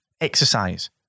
exercise